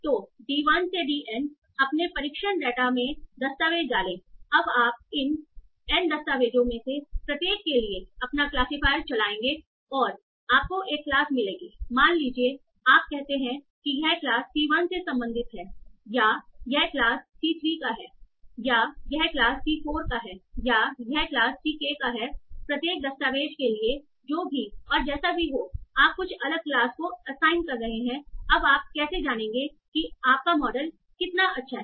तो d 1 से d n अपने परीक्षण डेटा में दस्तावेज़ डालें अब आप इन n दस्तावेजों में से प्रत्येक के लिए अपना क्लासिफायर चलाएंगे और आपको एक क्लास मिलेगी मान लीजिए आप कहते हैं कि यह क्लासC 1 से संबंधित है या यह क्लास C3 का हैया यह क्लास C4 का हैया यह क्लास Ck का है प्रत्येक दस्तावेज के लिए जो भी और जैसा भी हो आप कुछ अलग क्लास को असाइन कर रहे हैंअब आप कैसे जानेंगे कि आपका मॉडल कितना अच्छा है